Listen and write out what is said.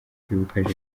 kwibuka